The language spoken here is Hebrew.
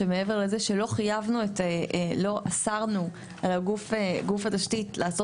שמעבר לזה שלא אסרנו על גוף התשתית לעשות